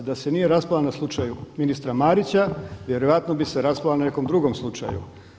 Da se nije raspala na slučaju ministra Marića, vjerojatno bi se raspala na nekom drugom slučaju.